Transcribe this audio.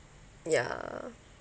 yeah